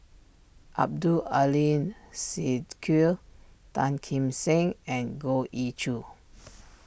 Abdul Aleem Siddique Tan Kim Seng and Goh Ee Choo